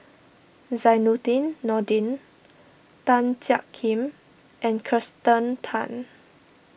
Zainudin Nordin Tan Jiak Kim and Kirsten Tan